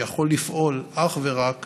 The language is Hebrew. שיכול לפעול אך ורק